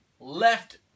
left